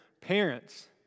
Parents